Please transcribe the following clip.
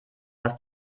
das